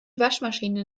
waschmaschine